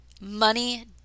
Money